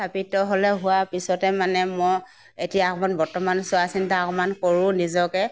থাপিত হ'লে হোৱা পিছতে মানে মই এতিয়া অকণমান বৰ্তমান চোৱা চিন্তা অকণমান কৰোঁ নিজকে